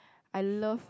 I love